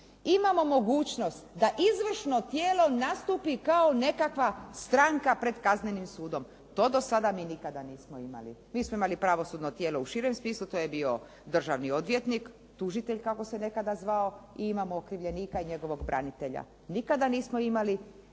imamo mogućnost da izvršno tijelo nastupi kao nekakva stranka pred kaznenim sudom. To do sada mi nikada nismo imali. Mi smo imali pravosudno tijelo u širem smislu, to je bio državni odvjetnik, tužitelj kako se nekada zvao i imamo okrivljenika i njegovog branitelja. Nikada nismo imali izvršno tijelo